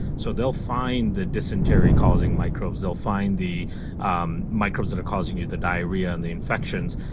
so they'll find the dysentery causing microbes. they'll find the um microbes that are causing you the diarrhea and the infections.